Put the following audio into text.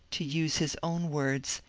to use his own words,